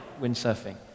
windsurfing